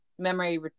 memory